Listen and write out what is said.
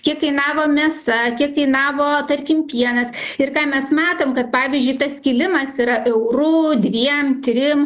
kiek kainavo mėsa kiek kainavo tarkim pienas ir ką mes matom kad pavyzdžiui tas kilimas yra euru dviem trim